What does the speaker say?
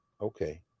okay